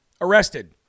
arrested